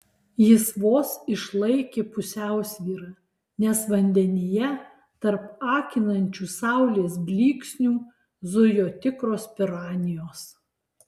jis vos išlaikė pusiausvyrą nes vandenyje tarp akinančių saulės blyksnių zujo tikros piranijos